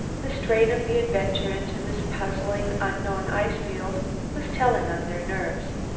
the strain of the adventure into this puzzling, unknown ice-field was telling on their nerves.